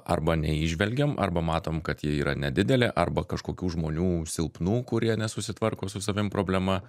arba neįžvelgiam arba matom kad ji yra nedidelė arba kažkokių žmonių silpnų kurie nesusitvarko su savim problema